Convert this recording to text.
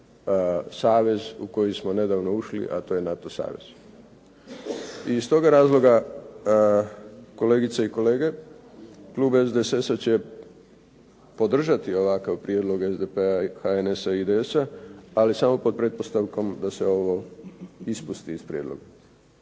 savez u koji smo nedavno ušli a to je NATO savez. I iz tog razloga kolegice i kolege klub SDSS-a će podržati ovakav prijedlog SDP-a, HNS-a i IDS-a ali samo pod pretpostavkom da se ovo ispusti iz prijedloga